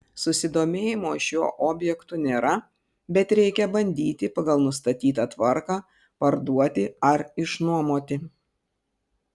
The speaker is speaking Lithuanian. susidomėjimo šiuo objektu nėra bet reikia bandyti pagal nustatytą tvarką parduoti ar išnuomoti